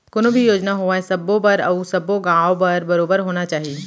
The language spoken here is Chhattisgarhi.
कोनो भी योजना होवय सबो बर अउ सब्बो गॉंव बर बरोबर होना चाही